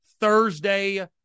Thursday